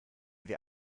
wir